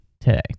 today